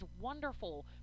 wonderful